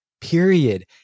period